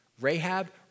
Rahab